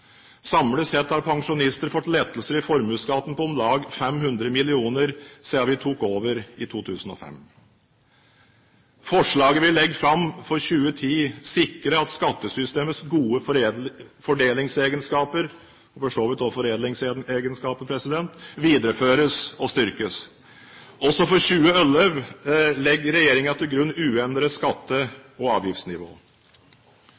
Samlet sett har pensjonister fått lettelser i formuesskatten på om lag 500 mill. kr siden vi tok over i 2005. Forslaget vi legger fram for 2011, sikrer at skattesystemets gode fordelingsegenskaper – for så vidt også foredlingsegenskaper – videreføres og styrkes. Også for 2011 legger regjeringen til grunn et uendret